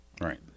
Right